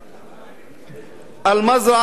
אל-מזרעה,